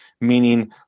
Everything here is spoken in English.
meaning